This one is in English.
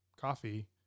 coffee